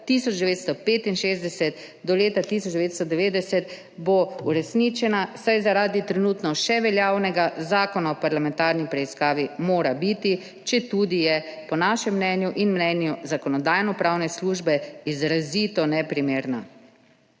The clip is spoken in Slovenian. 1965 do leta 1990 bo uresničena, saj zaradi trenutno še veljavnega Zakona o parlamentarni preiskavi mora biti, četudi je po našem mnenju in mnenju Zakonodajno-pravne službe izrazito neprimerna.